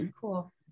cool